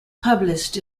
published